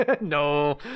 no